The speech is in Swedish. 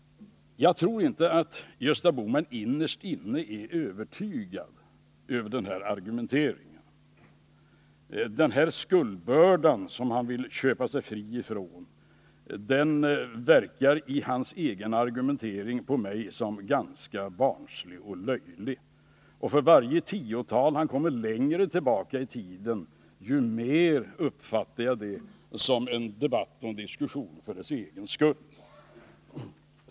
Jag tror inte att Gösta Bohman innerst inne är övertygad om riktigheten i den här argumenteringen. Hans argument för att köpa sig fri från den här skuldbördan verkar på mig ganska barnsliga och löjliga. För varje tiotal år som han kommer längre tillbaka i tiden uppfattar jag det ännu mer som en diskussion för dess egen skull.